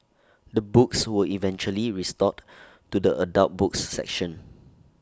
the books were eventually restored to the adult books section